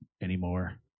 anymore